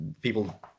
people